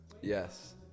Yes